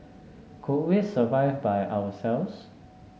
could we survive by ourselves